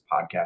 podcast